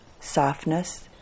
softness